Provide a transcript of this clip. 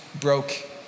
broke